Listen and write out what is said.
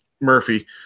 Murphy